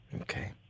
Okay